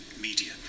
media